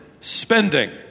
spending